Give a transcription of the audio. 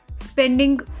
spending